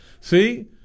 See